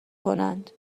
کنند